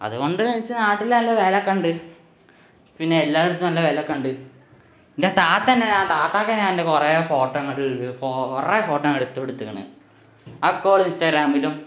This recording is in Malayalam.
അതുകൊണ്ട് ച്ചാല് നാട്ടില് നല്ല വിലയൊക്കെ ഉണ്ട് പിന്നെ എല്ലായിടത്തും നല്ല വിലയൊക്കെയുണ്ട് എന്റെ താത്ത തന്നെ ഞാന് താത്താക്ക് ഞാന് എന്റെ കുറേ ഫോട്ടോ അങ്ങോട്ട് കുറേ ഫോട്ടോ അങ്ങ് എടുത്ത് കൊടുത്തിട്ടുണ്ട് അഒക്കോള് ഇൻസ്റ്റഗ്രാമിലും